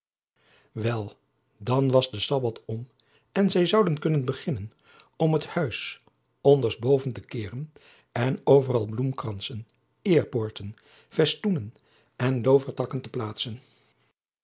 wel dan was de sabbath om en zij zouden kunnen beginnen om het huis onderst boven te keeren en overal bloemkransen eerpoorten festoenen en lovertakken te plaatsen